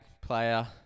player